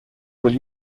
will